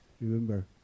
remember